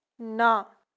ਨਾ